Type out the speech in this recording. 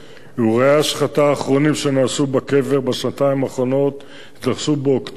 אירועי ההשחתה האחרונים שנעשו בקבר בשנתיים האחרונות התרחשו באוקטובר